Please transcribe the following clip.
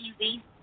easy